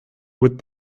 with